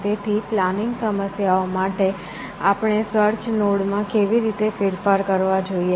તેથી પ્લાનિંગ સમસ્યાઓ માટે આપણે સર્ચ નોડ માં કેવી રીતે ફેરફાર કરવા જોઈએ